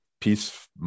peace